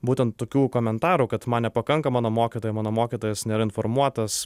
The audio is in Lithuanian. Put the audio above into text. būtent tokių komentarų kad man nepakanka mano mokytojai mano mokytojas nėra informuotas